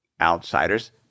outsiders